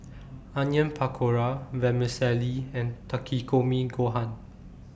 Onion Pakora Vermicelli and Takikomi Gohan